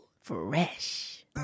Fresh